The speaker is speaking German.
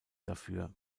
dafür